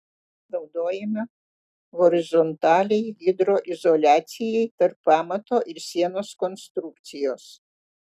naudojama horizontaliai hidroizoliacijai tarp pamato ir sienos konstrukcijos